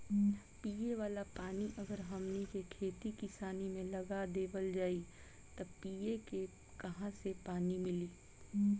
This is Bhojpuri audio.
पिए वाला पानी अगर हमनी के खेती किसानी मे लगा देवल जाई त पिए के काहा से पानी मीली